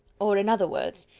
or, in other words,